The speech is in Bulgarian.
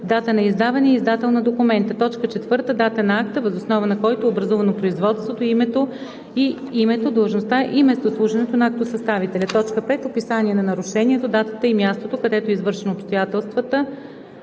дата на издаване и издател на документа; 4. датата на акта, въз основа на който е образувано производството, и името, длъжността и местослуженето на актосъставителя; 5. описание на нарушението, датата и мястото, където е извършено, обстоятелствата,